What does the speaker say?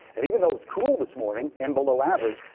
and even though it was cool this morning and below average,